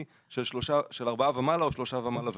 של ארבעה ומעלה או שלושה ומעלה וכלב.